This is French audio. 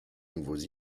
nouveaux